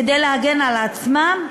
כדי להגן עצמם,